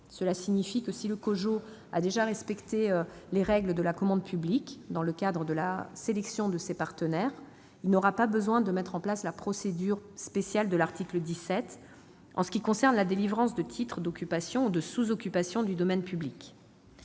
Cela signifie que si le COJO a déjà respecté les règles de la commande publique dans le cadre de la sélection de ses partenaires, il n'aura pas besoin de mettre en place la procédure spéciale de l'article 17 en ce qui concerne la délivrance de titres d'occupation ou de sous-occupation du domaine public.